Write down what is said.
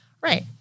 right